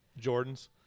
Jordans